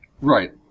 Right